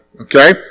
okay